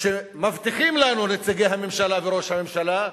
שמבטיחים לנו נציגי הממשלה וראש הממשלה,